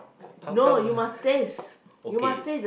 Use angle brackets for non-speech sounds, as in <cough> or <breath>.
how come <breath> okay